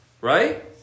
right